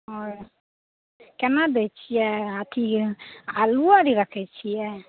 आओर केना दैत छियै अथी आलुओ अरी रखैत छियै